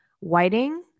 Whiting